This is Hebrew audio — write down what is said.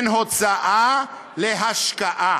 להשקעה.